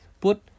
put